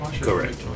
Correct